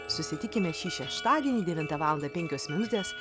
susitikime šį šeštadienį devintą valandą penkios minutės